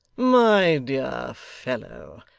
my dear fellow,